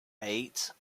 eight